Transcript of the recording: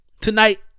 tonight